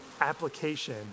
application